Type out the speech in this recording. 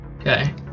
Okay